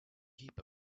heap